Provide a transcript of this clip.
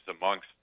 amongst